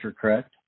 correct